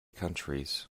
countries